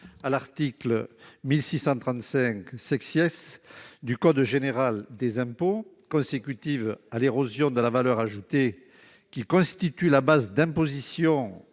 à l'article 1635 du code général des impôts consécutive à l'érosion de la valeur ajoutée qui constitue la base d'imposition